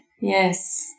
yes